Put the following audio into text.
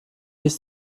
ist